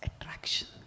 attraction